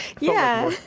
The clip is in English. yeah.